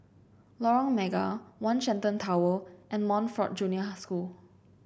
Lorong Mega One Shenton Tower and Montfort Junior School